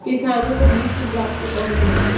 किसानों को बीज की प्राप्ति कहाँ से होती है?